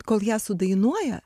kol ją sudainuoja